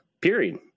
period